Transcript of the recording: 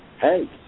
hey